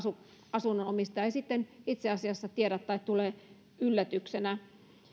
asunnon omistaja ei sitten itse asiassa tiedä tai se tulee yllätyksenä